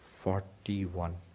forty-one